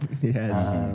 Yes